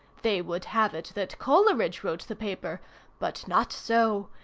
they would have it that coleridge wrote the paper but not so.